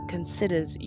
considers